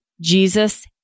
Jesus